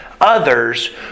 others